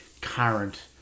current